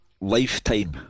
lifetime